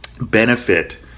benefit